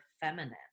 feminine